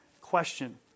Question